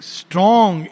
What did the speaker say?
strong